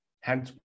Hence